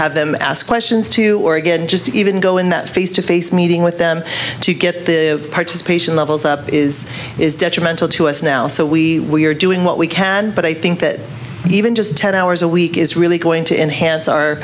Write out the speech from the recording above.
have them ask questions to or again just to even go in that face to face meeting with them to get the participation levels up is is detrimental to us now so we are doing what we can but i think that even just ten hours a week is really going to enhance our